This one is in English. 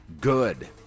good